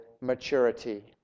maturity